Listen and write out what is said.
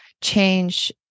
change